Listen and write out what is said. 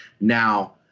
now